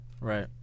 right